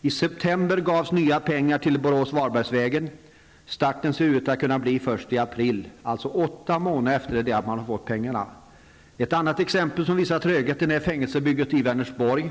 I september gavs nya pengar till Borås--Varberg-vägen. Starten ser ut att kunna bli först i april, alltså åtta månder efter att man har fått pengarna. Ett annat exempel som visar trögheten är fängelsebygget i Vänersborg.